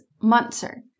Munzer